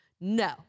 no